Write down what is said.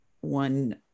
one